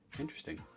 Interesting